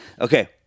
Okay